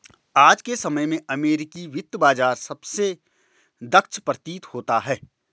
आज के समय में अमेरिकी वित्त बाजार सबसे दक्ष प्रतीत होता है